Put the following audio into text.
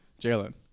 Jalen